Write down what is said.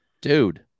Dude